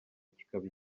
kikaba